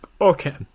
Okay